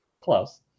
Close